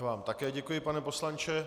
Já vám také děkuji, pane poslanče.